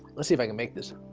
let's see if i can make this